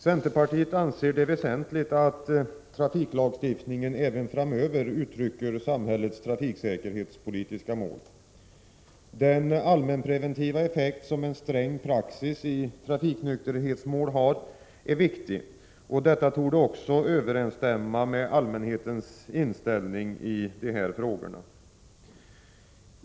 Centerpartiet anser det väsentligt att trafiklagstiftningen även framöver uttrycker samhällets trafiksäkerhetspolitiska mål. Den allmänpreventiva effekt som en sträng praxis i trafiknykterhetsmål har är viktig. Detta torde också överensstämma med allmänhetens inställning i dessa frågor.